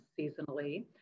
seasonally